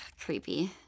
Creepy